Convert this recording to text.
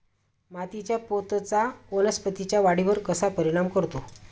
मातीच्या पोतचा वनस्पतींच्या वाढीवर कसा परिणाम करतो?